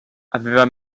aveva